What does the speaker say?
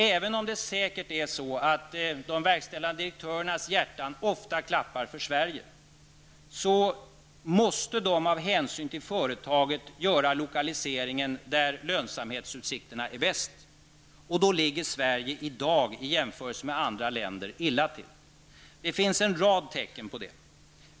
Även om de verkställande direktörernas hjärtan säkerligen ofta klappar för Sverige, måste de av hänsyn till företaget göra lokaliseringar där lönsamhetsutsikterna är bäst. Då ligger Sverige i dag i jämförelse med andra länder illa till. Det finns en rad tecken på det.